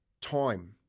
time